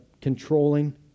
controlling